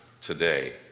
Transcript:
today